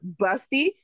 busty